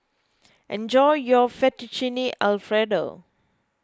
enjoy your Fettuccine Alfredo